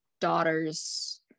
daughter's